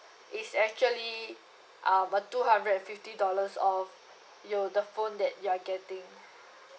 is actually um a two hundred and fifty dollars off your the phone that you're getting